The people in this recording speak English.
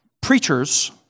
preachers